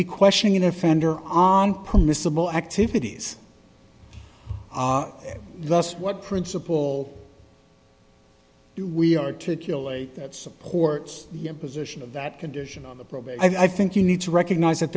be questioning an offender on permissible activities just what principle we articulate that supports your position of that condition on the program i think you need to recognize that